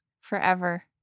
Forever